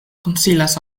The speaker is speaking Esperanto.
konsilas